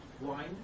wine